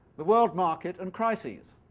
the world market and crises